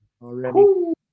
already